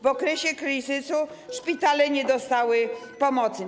W okresie kryzysu szpitale nie dostały pomocy.